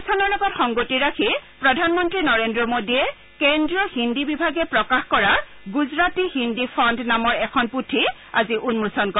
অনুষ্ঠানৰ লগত সংগতি ৰাখি প্ৰধানমন্ত্ৰী নৰেন্দ্ৰ মোদীয়ে কেন্দ্ৰীয় হিন্দী বিভাগে প্ৰকাশ কৰা গুজৰাটী হিন্দী ফাণ্ড নামৰ এখন পৃথি উন্মোচন কৰে